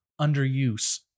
underuse